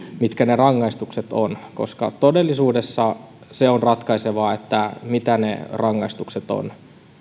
mitkä ne rangaistukset ovat todellisuudessa se on ratkaisevaa mitä ne rangaistukset ovat